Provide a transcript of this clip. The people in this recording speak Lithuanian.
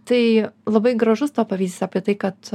tai labai gražus to pavyzdys apie tai kad